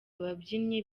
ababyinnyi